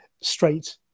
straight